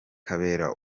kabera